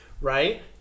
Right